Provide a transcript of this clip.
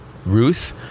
Ruth